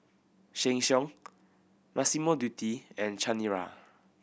Sheng Siong Massimo Dutti and Chanira